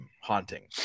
Haunting